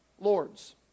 lords